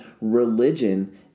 religion